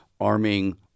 arming